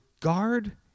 guard